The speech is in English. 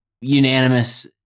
unanimous